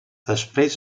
després